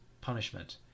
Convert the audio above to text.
punishment